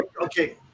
Okay